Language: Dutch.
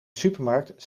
supermarkt